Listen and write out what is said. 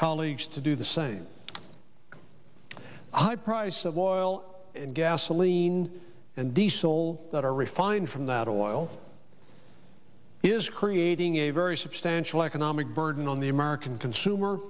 colleagues to do the same high price of oil and gasoline and diesel that are refined from that oil is creating a very substantial economic burden on the american consumer